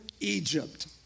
Egypt